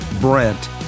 Brent